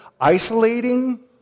isolating